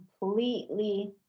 completely